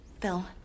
Phil